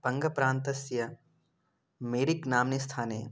बङ्गप्रान्तस्य मेरिक् नाम्नि स्थाने